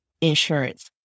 insurance